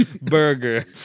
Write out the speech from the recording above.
burger